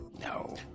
No